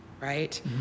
right